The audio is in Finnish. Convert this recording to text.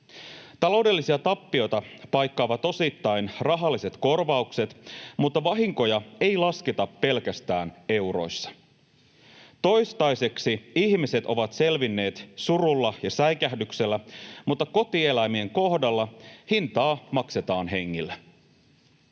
Taloudellisia tappioita paikkaavat osittain rahalliset korvaukset, mutta vahinkoja ei lasketa pelkästään euroissa. Toistaiseksi ihmiset ovat selvinneet surulla ja säikähdyksellä, mutta kotieläimien kohdalla hintaa maksetaan hengillä.